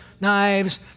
knives